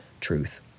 truth